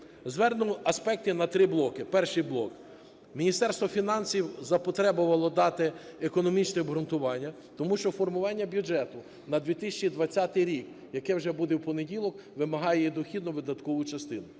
Звернемо аспекти на три блоки. Перший блок. Міністерство фінансів запотребувало дати економічне обґрунтування. Тому що формування бюджету на 2020 рік, яке вже буде в понеділок, вимагає дохідно-видаткову частину.